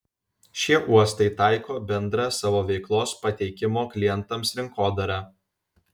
šie uostai taiko bendrą savo veiklos pateikimo klientams rinkodarą